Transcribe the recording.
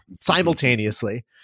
simultaneously